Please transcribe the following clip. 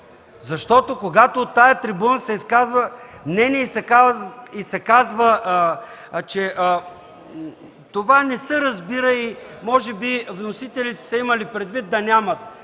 Защото когато от тази трибуна се изказва мнение и се казва, че това не се разбира и че може би вносителите са имали предвид бакалаври